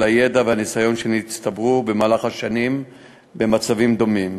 הידע והניסיון שהצטברו במהלך השנים במצבים דומים.